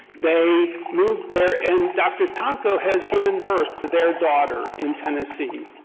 they moved there, and dr. tanco has given birth to their daughter in tennessee.